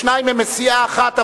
שניים הם מסיעה אחת,